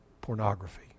pornography